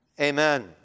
Amen